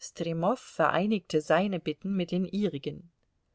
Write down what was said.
stremow vereinigte seine bitten mit den ihrigen